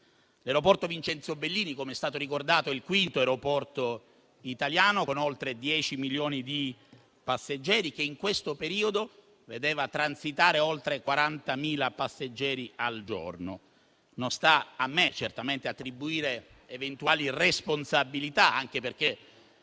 Vincenzo Bellini - come è stato ricordato - è il quinto aeroporto italiano, con oltre 10 milioni di passeggeri, e in questo periodo vedeva transitare oltre 40.000 passeggeri al giorno. Non sta a me certamente attribuire eventuali responsabilità, anche perché